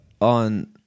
on